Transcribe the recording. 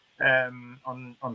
on